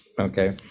Okay